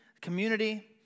community